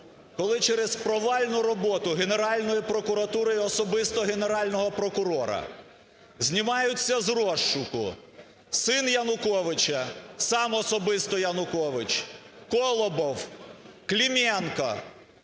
коли через провальну роботу Генеральної прокуратури і особисто Генерального прокурора знімаються з розшуку: син Януковича, сам особисто Янукович, Колобов, Клименко,